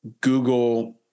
Google